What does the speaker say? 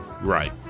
Right